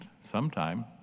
sometime